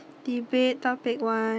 debate topic one